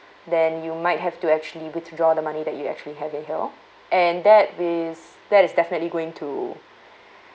then you might have to actually withdraw the money that you actually have in here and that is that is definitely going to